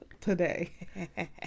today